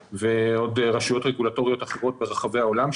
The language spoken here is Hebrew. ורשויות רגולטוריות אחרות ברחבי העולם,